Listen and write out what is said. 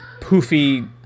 poofy